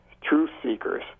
truth-seekers